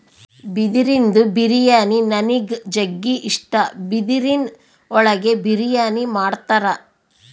ಬಿದಿರಿಂದು ಬಿರಿಯಾನಿ ನನಿಗ್ ಜಗ್ಗಿ ಇಷ್ಟ, ಬಿದಿರಿನ್ ಒಳಗೆ ಬಿರಿಯಾನಿ ಮಾಡ್ತರ